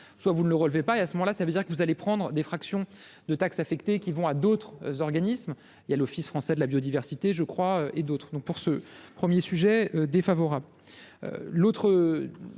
soit vous ne le relever pas et à ce moment-là, ça veut dire que vous allez prendre des fractions de taxe affectée qui vont à d'autres organismes, il y a l'Office français de la biodiversité, je crois, et d'autres donc pour ce 1er sujet défavorable,